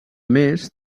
més